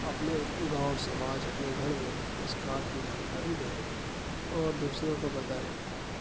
اپنے گاؤں سماج اپنے گھر میں اس کارڈ کی جانکاری دیں اور دوسروں کو بتائے